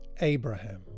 Abraham